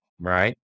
Right